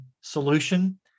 solution